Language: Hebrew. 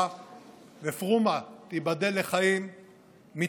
תיבדל לחיים ארוכים,